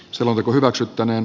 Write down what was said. lakiehdotus hylätään